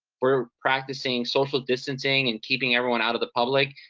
we're practicing social distancing and keeping everyone out of the public,